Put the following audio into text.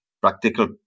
practical